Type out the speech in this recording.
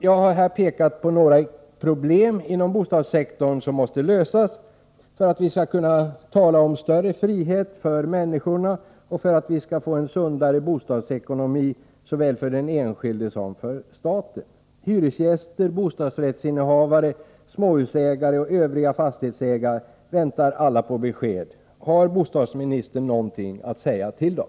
Jag har här pekat på några problem inom bostadssektorn som måste lösas för att vi skall kunna tala om större frihet för människorna och för att vi skall kunna få en sundare bostadsekonomi såväl för den enskilde som för staten. Hyresgäster, bostadsrättsinnehavare, småhusägare och övriga fastighetsägare väntar alla på besked. Har bostadsministern något att säga dem?